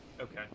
Okay